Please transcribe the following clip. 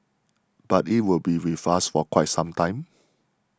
but it will be with us for quite some time